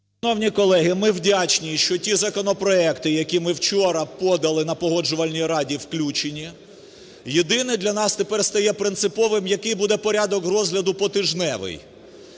колеги, ми вдячні, що ті законопроекти, які ми вчора подали на Погоджувальній раді, включені. Єдине, для нас тепер стає принциповим, який буде порядок розгляду потижневий?